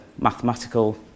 mathematical